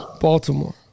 Baltimore